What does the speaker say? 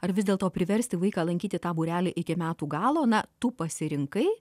ar vis dėlto priversti vaiką lankyti tą būrelį iki metų galo na tu pasirinkai